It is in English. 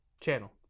Channel